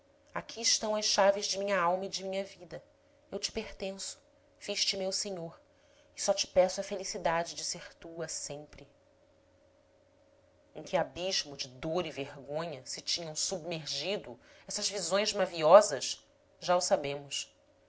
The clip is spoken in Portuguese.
aqui estão as chaves de minha alma e de minha vida eu te pertenço fiz te meu senhor e só te peço a felicidade de ser tua sempre em que abismo de dor e vergonha se tinham submergido essas visões maviosas já o sabemos